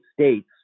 States